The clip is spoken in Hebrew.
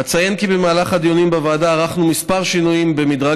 אציין כי במהלך הדיונים בוועדה ערכנו כמה שינויים במדרג